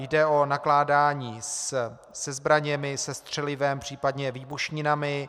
Jde o nakládání se zbraněmi, se střelivem, případně s výbušninami.